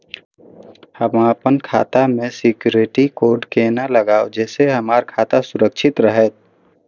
हम अपन खाता में सिक्युरिटी कोड केना लगाव जैसे के हमर खाता सुरक्षित रहैत?